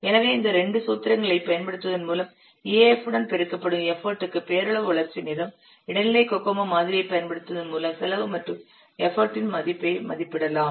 எனவே இந்த இரண்டு சூத்திரங்களைப் பயன்படுத்துவதன் மூலம் EAF உடன் பெருக்கப்படும் எஃபர்ட் க்கு பெயரளவு வளர்ச்சி நேரம் இடைநிலை கோகோமோ மாதிரியைப் பயன்படுத்துவதன் மூலம் செலவு மற்றும் எஃபர்ட்டின் மதிப்பை மதிப்பிடலாம்